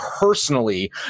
personally